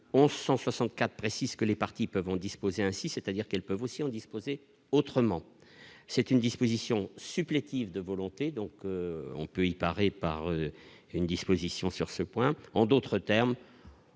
1164 précise que les parties peuvent en disposer ainsi, c'est-à-dire qu'elles peuvent aussi ont disposé autrement : c'est une disposition supplétifs de volonté, donc on peut y parer par une disposition sur ce point, en d'autres termes,